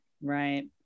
Right